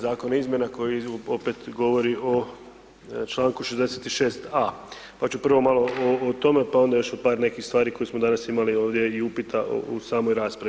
Zakona izmjena koji opet govori o čl. 66a., pa ću prvo malo o tome, pa onda još o par nekih stvari koje smo danas imali ovdje i upita u samoj raspravi.